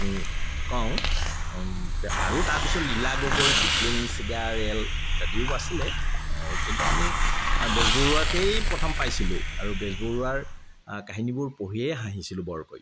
আমি কওঁ আৰু তাৰপিছত লীলা গগৈ কিপলিং ছিগা ৰেল ইত্যাদিও আছিলে কিন্তু আমি বেজবৰুৱাকেই প্ৰথম পাইছিলোঁ আৰু বেজবৰুৱাৰ কাহিনীবোৰ পঢ়িয়েই হাঁহিছিলো বৰকৈ